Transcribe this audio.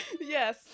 Yes